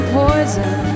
poison